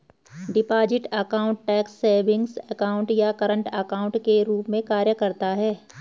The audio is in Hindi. deposit account tax savings account या करंट अकाउंट के रूप में कार्य करता है